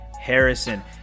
Harrison